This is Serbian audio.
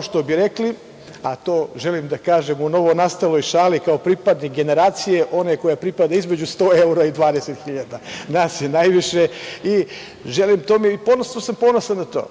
što bi rekli, a to želim da kažem u novonastaloj šali, kao pripadnik generacije one koja pripada između 100 evra i 20.000 dinara, nas je najviše. Posebno sam ponosan na to.